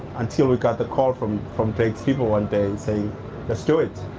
until we got the call from from drake's people one day, and saying let's do it.